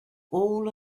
all